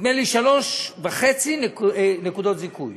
נדמה לי, 3.5 נקודות זיכוי,